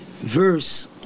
verse